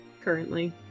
currently